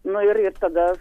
nu ir ir tada